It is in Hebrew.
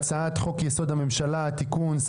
על סדר-היום הצעת חוק יסוד: הממשלה (תיקון מס' 14),